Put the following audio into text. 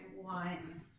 one